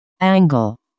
angle